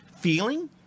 feeling